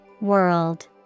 World